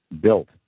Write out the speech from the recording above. built